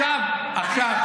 תחזור לאיפה שבאת,